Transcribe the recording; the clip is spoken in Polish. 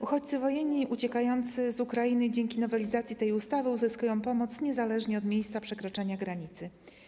Uchodźcy wojenni uciekający z Ukrainy dzięki nowelizacji tej ustawy uzyskają pomoc niezależnie od miejsca przekroczenia granicy.